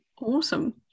Awesome